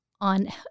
on